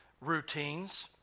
routines